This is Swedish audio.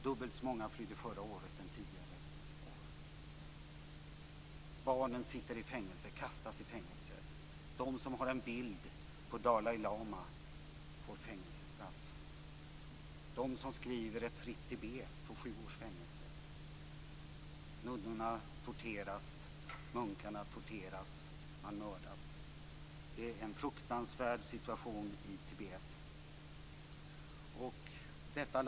Dubbelt så många flydde förra året som tidigare år. Barnen kastas i fängelse. De som har en bild på Dalai lama får fängelsestraff. De som skriver "ett fritt Tibet" får sju års fängelse. Nunnorna och munkarna torteras och mördas. Det är en fruktansvärd situation i Tibet.